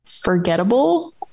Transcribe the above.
forgettable